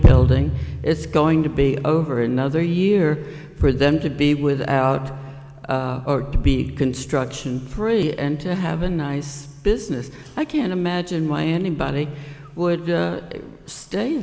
building it's going to be over another year for them to be without or to be construction free and to have a nice business i can't imagine why anybody would stay